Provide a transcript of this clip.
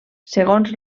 segons